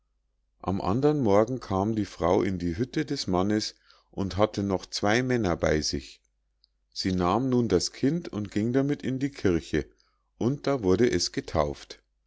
am andern morgen kam die frau in die hütte des mannes und hatte noch zwei männer bei sich sie nahm nun das kind und ging damit in die kirche und da wurde es getauft